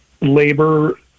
labor